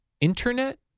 internet